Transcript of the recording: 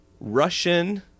Russian